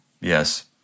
Yes